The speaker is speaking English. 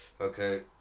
Okay